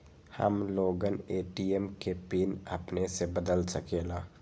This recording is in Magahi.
हम लोगन ए.टी.एम के पिन अपने से बदल सकेला?